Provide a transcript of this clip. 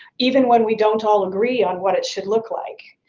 even when we don't all agree on what it should look like?